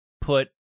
put